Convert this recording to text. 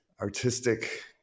artistic